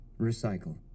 Recycle